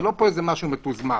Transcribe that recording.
זה לא משהו מתוזמן.